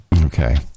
Okay